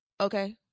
Okay